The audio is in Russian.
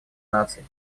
наций